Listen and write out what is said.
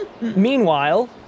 Meanwhile